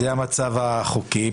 זה המצב החוקי.